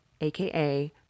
AKA